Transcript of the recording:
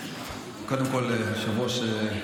קודם כול, היושב-ראש,